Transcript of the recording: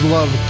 Love